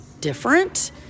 different